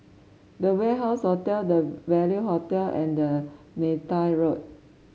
The Warehouse Hotel Value Hotel and Neythai Road